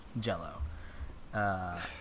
Jell-O